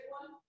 one